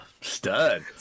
stud